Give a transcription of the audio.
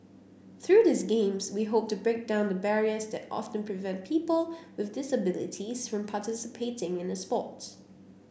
through these Games we hope to break down the barriers that often prevent people with disabilities from participating in the sport